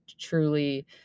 truly